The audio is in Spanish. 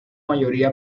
mayoría